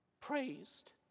praised